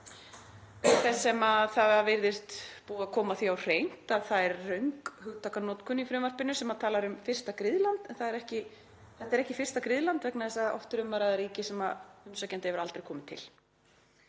auk þess sem það virðist vera búið að koma því á hreint að það er röng hugtakanotkun í frumvarpinu þar sem talað er um fyrsta griðland. En þetta er ekki fyrsta griðland vegna þess að oft er um að ræða ríki sem umsækjandi hefur aldrei komið til.